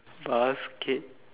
basket